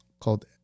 called